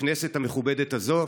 בכנסת המכובדת הזו.